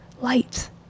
light